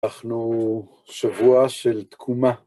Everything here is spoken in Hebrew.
לקחנו שבועה של תקומה.